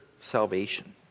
salvation